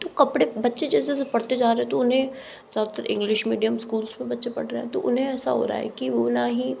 तो कपड़े बच्चे जैसे जैसे पढ़ते जा रहे हैं तो उन्हें ज़्यादातर इंग्लिश मीडियम स्कूल्स में बच्चे पढ़ रहे हैं तो उन्हें ऐसा हो रहा है कि वो ना ही